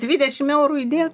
dvidešim eurų įdė